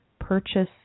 purchase